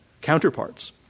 counterparts